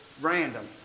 random